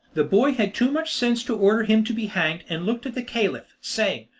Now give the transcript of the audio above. the boy had too much sense to order him to be hanged, and looked at the caliph, saying,